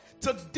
Today